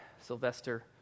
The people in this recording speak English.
Sylvester